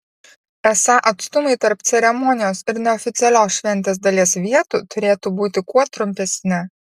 esą atstumai tarp ceremonijos ir neoficialios šventės dalies vietų turėtų būti kuo trumpesni